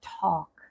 talk